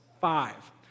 five